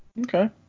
Okay